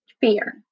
Fear